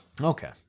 Okay